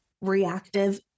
reactive